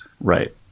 Right